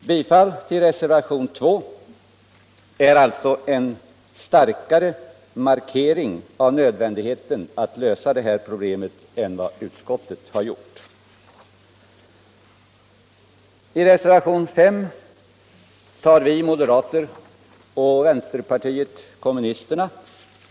Ett bifall till reservationen 2 är alltså en starkare markering av nödvändigheten av att lösa detta problem än den som utskottet har gjort. I reservationen 5 tar vi moderater och vänsterpartiet kommunisterna